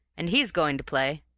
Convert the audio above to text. and he's going to play.